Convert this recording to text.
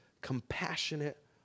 compassionate